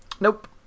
Nope